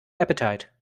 appetite